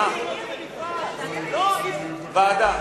ועדה.